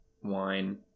wine